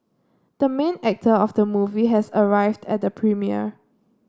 the main actor of the movie has arrived at the premiere